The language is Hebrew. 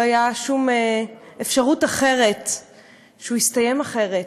לא הייתה שום אפשרות שהוא יסתיים אחרת.